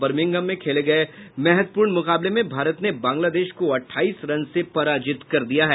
वर्मिंघम में खेले गये महत्वपूर्ण मुकाबले में भारत ने बांग्लादेश को अठाईस रन से पराजित कर दिया है